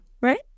Right